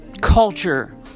culture